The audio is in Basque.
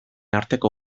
arteko